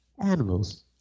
animals